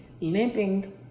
limping